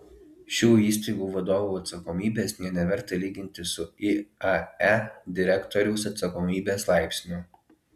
šių įstaigų vadovų atsakomybės nė neverta lyginti su iae direktoriaus atsakomybės laipsniu